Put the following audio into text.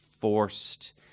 forced